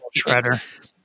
shredder